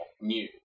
new